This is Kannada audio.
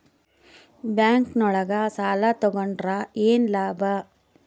ಬ್ಯಾಂಕ್ ನೊಳಗ ಸಾಲ ತಗೊಂಡ್ರ ಏನು ಲಾಭ?